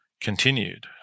continued